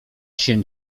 się